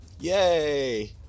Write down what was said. Yay